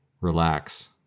Relax